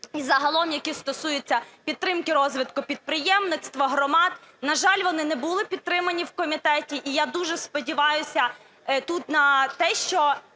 і загалом які стосуються підтримки розвитку підприємництва, громад, на жаль, вони не були підтримані в комітеті. І я дуже сподіваюся тут на те, що